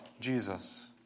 Jesus